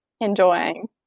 enjoying